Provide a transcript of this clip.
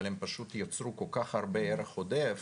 אבל הם פשוט יצרו כל כך הרבה ערך עודף